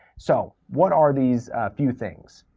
so what are these few things?